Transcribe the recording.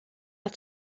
had